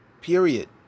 period